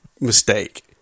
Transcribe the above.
mistake